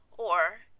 or